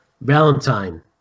Valentine